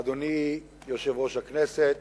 אדוני יושב-ראש הכנסת,